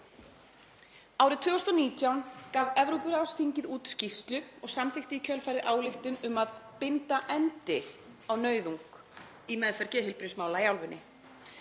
Árið 2019 gaf Evrópuráðsþingið út skýrslu og samþykkti í kjölfarið ályktun um að binda endi á nauðung í meðferð geðheilbrigðismála í álfunni.